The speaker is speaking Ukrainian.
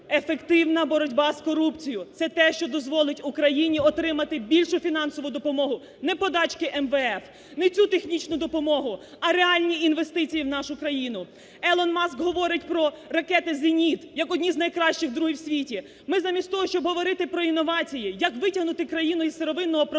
ефективна боротьба з корупцією – це те, що дозволить Україні отримати більшу фінансову допомогу, не подачки МВФ, не цю технічну допомогу, а реальні інвестиції в нашу країну. Ілон Маск говорить про ракети "Зеніт" як одні з найкращих, другі в світі. Ми замість того, щоб говорити про інновації як витягнути країну із "сировинного прокляття",